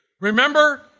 Remember